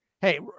Hey